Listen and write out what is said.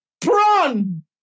Prawn